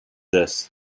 this